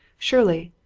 shirley,